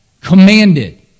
commanded